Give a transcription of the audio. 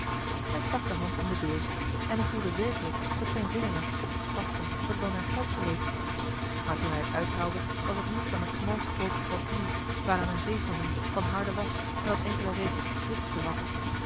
hij stak de hand in de beurs en hij voelde werkelijk dat zijne vingeren op iets tastten dat wel naar geld geleek maar toen hij het uithaalde was het niets dan een smal strookje papier waaraan een zegel a l g bosboom-toussaint de van harde was en dat enkele regels schrift bevatte